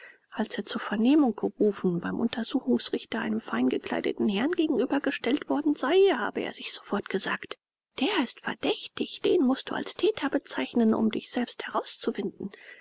als er zur vernehmung gerufen beim untersuchungsrichter einem fein gekleideten herrn gegenüber gestellt worden sei habe er sich sofort gesagt der ist verdächtig den mußt du als täter bezeichnen um dich selbst herauszuwinden